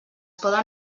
poden